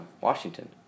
Washington